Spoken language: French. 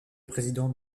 président